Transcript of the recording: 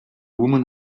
woman